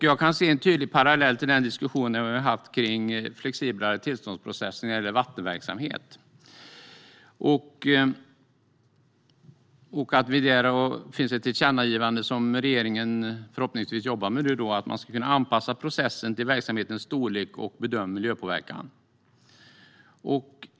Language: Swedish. Jag kan se en tydlig parallell till den diskussion som vi haft om mer flexibla tillståndsprocesser när det gäller vattenverksamhet. På detta område finns ett tillkännagivande som regeringen förhoppningsvis jobbar med. Det handlar om att man ska kunna anpassa processen till verksamhetens storlek och bedömd miljöpåverkan.